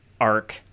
arc